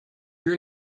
your